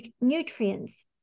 nutrients